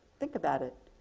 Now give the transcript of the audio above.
think about it.